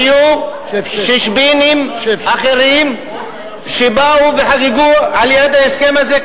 היו שושבינים אחרים שבאו וחגגו על יד ההסכם הזה,